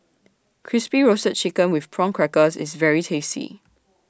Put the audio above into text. Crispy Roasted Chicken with Prawn Crackers IS very tasty